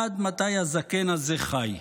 עד מתי הזקן הזה חי.